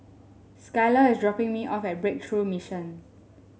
Skyla is dropping me off at Breakthrough Mission